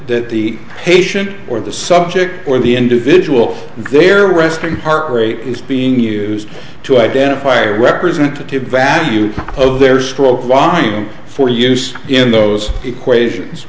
that the patient or the subject or the individual in their resting heart rate is being used to identify a representative value of their stroke line for use in those equations